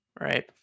right